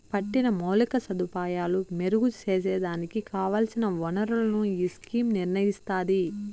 పట్టిన మౌలిక సదుపాయాలు మెరుగు సేసేదానికి కావల్సిన ఒనరులను ఈ స్కీమ్ నిర్నయిస్తాది